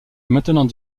maintenant